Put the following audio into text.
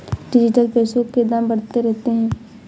digital पैसों के दाम घटते बढ़ते रहते हैं